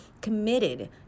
committed